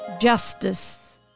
justice